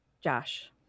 Josh